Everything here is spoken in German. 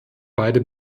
beide